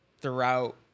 throughout